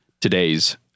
today's